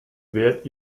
wärt